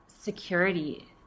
security